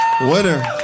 Winner